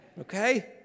okay